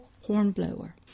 Hornblower